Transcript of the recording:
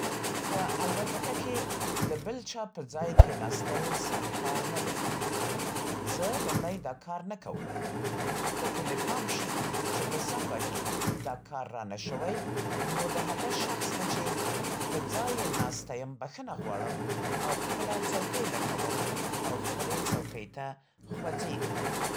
په الوتکه کې د بل چا په ځای کېناستل سم کار نه دی. زه لومړی دا کار نه کوم. خو که مې پام شي چې په سهوه کې دا کار رانه شوی، نو د هغه شخص نه چې په ځای یې ناسته یم، بښنه غواړم او خپله څوکۍ لټوم او خپلې څوکۍ ته خوځېږم.